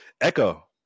Echo